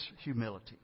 humility